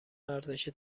ارزش